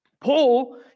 Paul